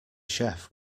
chef